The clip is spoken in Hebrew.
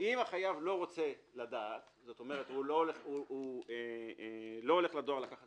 אם החייב לא רוצה לדעת לא הולך לדואר לקחת